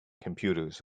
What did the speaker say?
computers